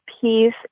peace